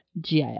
GIS